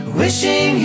wishing